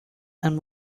and